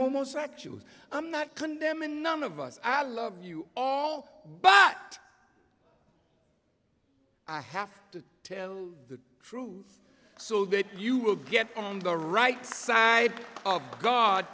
homosexuals i'm not condemning none of us i love you all but i have to tell the truth so that you will get on the right side